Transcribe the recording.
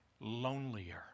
lonelier